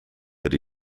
but